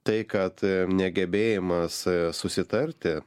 tai kad negebėjimas susitarti